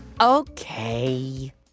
okay